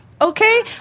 okay